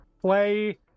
play